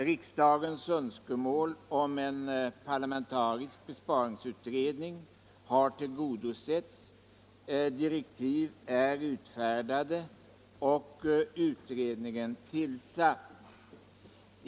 Riksdagens önskemål om en parlamentarisk besparingsutredning har tillgodosetts, direktiv är utfärdade och utredningen tillsatt.